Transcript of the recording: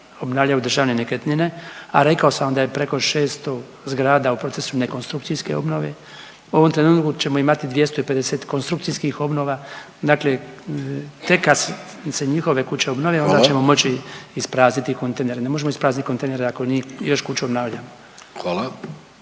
obnavljaju Državne nekretnine, a rekao sam vam da je preko 600 zgrada u procesu ne konstrukcijske obnove. U ovom trenutku ćemo imati 250 konstrukcijskih obnova, dakle tek kad se njihove kuće obnove…/Upadica Vidović: Hvala/…onda ćemo moći isprazniti kontejnere, ne možemo isprazniti kontejnere ako nije još kuća obnavljana.